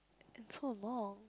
it's so long